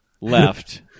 left